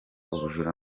ubujura